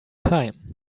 time